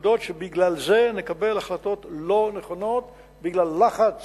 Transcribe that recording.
לנקודות שבגלל זה נקבל החלטות לא נכונות, בגלל לחץ